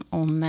om